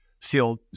sealed